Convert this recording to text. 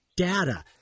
data